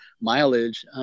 mileage